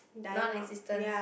non existent